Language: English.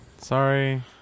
Sorry